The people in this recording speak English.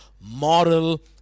moral